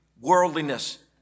worldliness